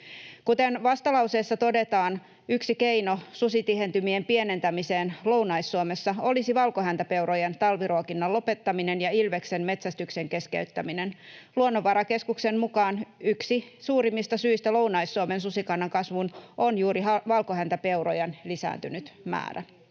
Kuten vastalauseessa todetaan, yksi keino susitihentymien pienentämiseen Lounais-Suomessa olisi valkohäntäpeurojen talviruokinnan lopettaminen ja ilveksen metsästyksen keskeyttäminen. Luonnonvarakeskuksen mukaan yksi suurimmista syistä Lounais-Suomen susikannan kasvuun on juuri valkohäntäpeurojen lisääntynyt määrä.